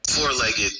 four-legged